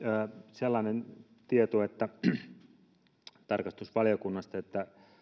sellainen tieto tarkastusvaliokunnasta että